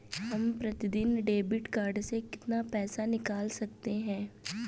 हम प्रतिदिन debit card से कितना पैसा निकाल सकते हैं?